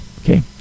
Okay